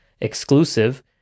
exclusive